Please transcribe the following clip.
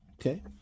Okay